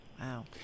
Wow